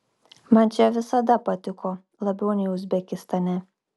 man čia visada patiko labiau nei uzbekistane